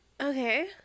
Okay